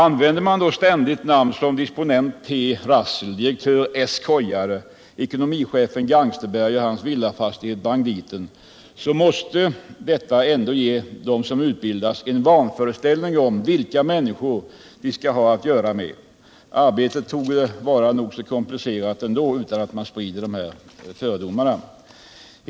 Använder man då ständigt namn som disponent T.Rassel, direktör S. Kojare och ekonomichef Gangsterberg — som innehar villafastigheten Banditen — så måste det ge dem som utbildas en vanföreställning om vilka människor de skall ha att göra med. Arbetet torde vara nog så komplicerat ändå utan att man sprider sådana här fördomar.